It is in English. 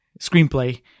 screenplay